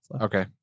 Okay